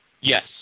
Yes